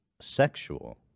sexual